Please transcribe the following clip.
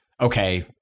okay